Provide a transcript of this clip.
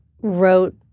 wrote